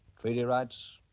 treaty rights,